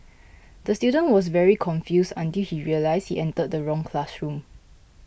the student was very confused until he realised he entered the wrong classroom